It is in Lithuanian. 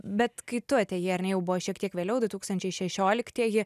bet kai tu atėjai ar ne jau buvo šiek tiek vėliau du tūkstančiai šešioliktieji